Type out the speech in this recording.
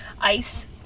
ice